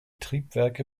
triebwerke